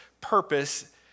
purpose